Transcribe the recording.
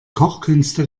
kochkünste